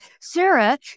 Sarah